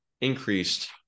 increased